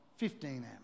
15-amp